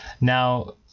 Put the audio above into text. Now